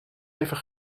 even